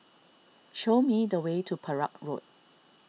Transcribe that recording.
show me the way to Perak Road